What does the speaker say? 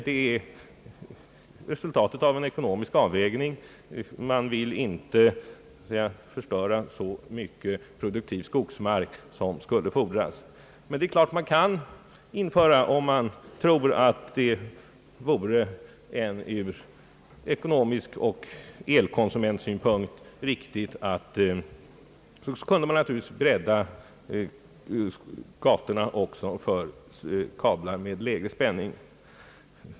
Det är resultatet av en ekonomisk avvägning — man vill inte förstöra så mycket produktiv skogsmark som skulle fordras. Men om man tror att det vore riktigt ur ekonomisk synpunkt och elkonsumentsynpunkt, kan man naturligtvis bredda ga torna också för kablar med lägre spänning.